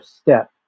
step